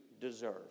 deserve